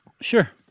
Sure